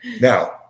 Now